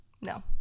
no